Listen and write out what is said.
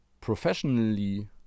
professionally